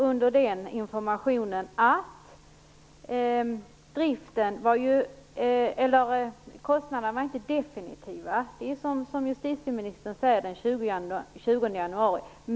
Under denna information sade han att kostnaderna inte är definitiva - som justitieministern sade kommer de att bli definitiva den 20 januari.